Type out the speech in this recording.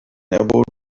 about